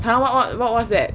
!huh! what what what's that